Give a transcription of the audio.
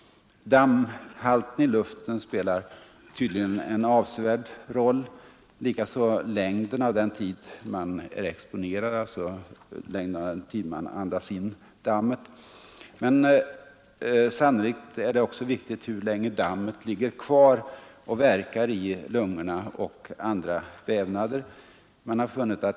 Dammhalten i luften spelar tydligen en avsevärd roll, likaså längden av den tid man är exponerad, dvs. hur lång tid man andas in dammet. Sannolikt är det också viktigt hur länge dammet ligger kvar och verkar i lungorna och andra vävnader.